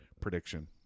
prediction